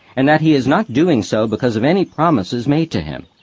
and that he is not doing so because of any promises. made to him.